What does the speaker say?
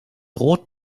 rot